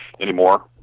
anymore